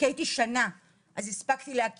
בגלל שהייתי שם שנה אז הספקתי להכיר,